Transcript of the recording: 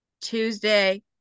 Tuesday